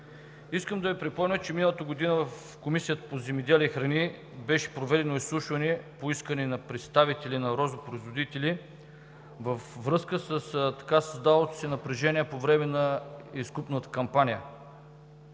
Искам да Ви припомня, че миналата година в Комисията по земеделието и храните беше проведено изслушване по искане на представители на розопроизводители във връзка с така създалото се напрежение по време на изкупната кампания.